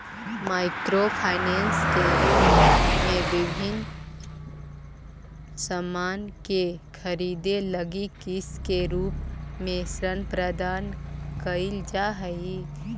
micro finance के युग में विभिन्न सामान के खरीदे लगी किस्त के रूप में ऋण प्रदान कईल जा हई